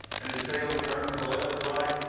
and his tail is turned to the left or right,